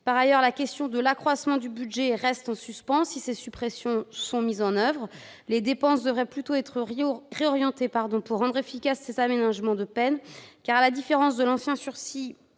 Par ailleurs, la question de l'accroissement du budget reste en suspens si ces suppressions sont mises en oeuvre. Les dépenses devraient plutôt être réorientées pour rendre efficaces ces aménagements de peine, car, à la différence de l'ancien sursis